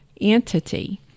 entity